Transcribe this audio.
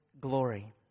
glory